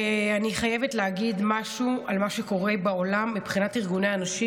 אני חייבת להגיד משהו על מה שקורה בעולם מבחינת ארגוני הנשים,